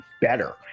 better